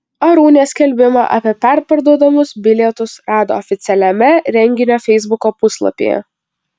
arūnė skelbimą apie perparduodamus bilietus rado oficialiame renginio feisbuko puslapyje